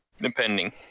depending